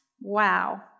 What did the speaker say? wow